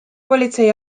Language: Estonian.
politsei